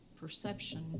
perception